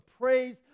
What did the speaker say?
praise